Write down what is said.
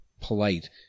polite